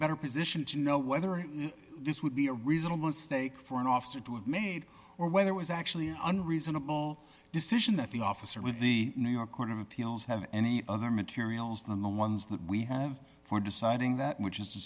better position to know whether this would be a reasonable stake for an officer to have made or whether it was actually under reasonable decision that the officer with the new york court of appeals have any other materials than the ones that we have for deciding that which is to